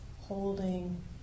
holding